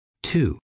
two